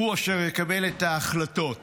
והוא אשר יקבל את ההחלטות.